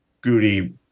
Goody